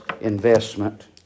investment